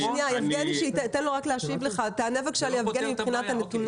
תענה בבקשה ליבגני מבחינת הנתונים.